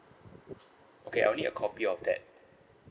okay I will need a copy of that